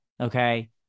okay